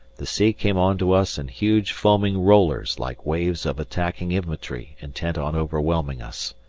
the sea came on to us in huge foaming rollers like waves of attacking infantry intent on overwhelming us.